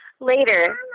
Later